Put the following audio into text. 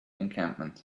encampment